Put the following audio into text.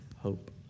hope